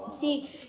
See